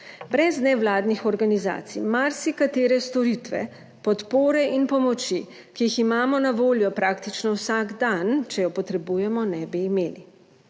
Brez nevladnih organizacij marsikatere storitve podpore in pomoči, ki jih imamo na voljo praktično vsak dan, če jo potrebujemo, ne bi imeli.